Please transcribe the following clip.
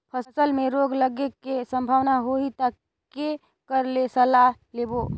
फसल मे रोग लगे के संभावना होही ता के कर ले सलाह लेबो?